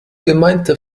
gemeinte